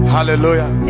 Hallelujah